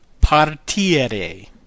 partire